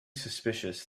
suspicious